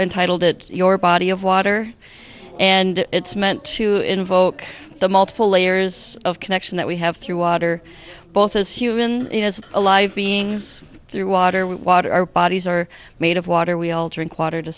entitled it your body of water and it's meant to invoke the multiple layers of connection that we have through water both as human as alive beings through water with water our bodies are made of water we all drink water to